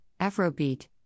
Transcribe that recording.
Afrobeat